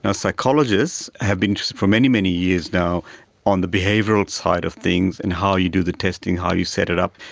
ah psychologists have been for many, many years now on the behavioural side of things in how you do the testing, how you set it up,